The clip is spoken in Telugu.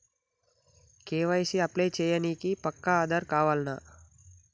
కే.వై.సీ అప్లై చేయనీకి పక్కా ఆధార్ కావాల్నా?